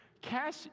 Cash